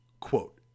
Quote